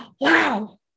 wow